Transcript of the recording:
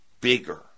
bigger